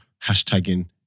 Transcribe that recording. hashtagging